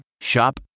Shop